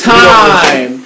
time